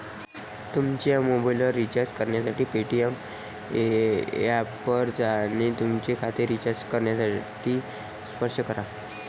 तुमचा mobile recharge करण्यासाठी Paytm ऐपवर जा आणि तुमचे खाते रिचार्ज करण्यासाठी स्पर्श करा